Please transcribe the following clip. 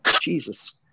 Jesus